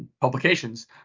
publications